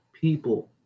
people